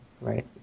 Right